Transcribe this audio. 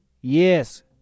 Yes